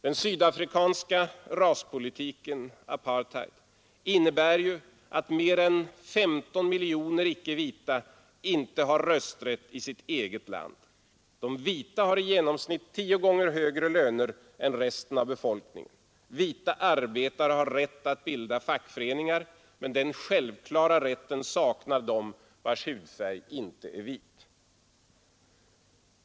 Den sydafrikanska raspolitiken, apartheid, innebär att de mer än 15 miljonerna icke-vita inte har rösträtt i sitt eget land. De vita har i genomsnitt tio gånger högre löner än resten av befolkningen. Vita arbetare har rätt att bilda fackföreningar. Den självklara rätten saknar de vilkas hudfärg inte är vit.